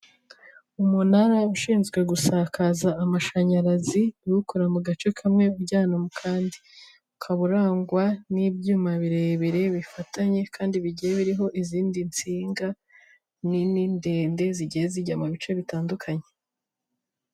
Umunara ushinzwe gusakaza amashanyarazi, iwukura mu gace kamwe ujyanayana mu kandi, ukaba urangwa n'ibyuma birebire bifatanye kandi bigiye biriho izindi nsinga nini ndende, zigiye zijya mu bice bitandukanye.